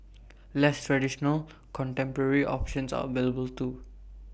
less traditional contemporary options are available too